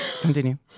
Continue